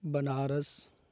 Banaras